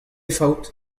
faot